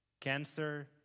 cancer